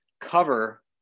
cover